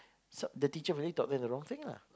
so the teacher really taught them the wrong thing lah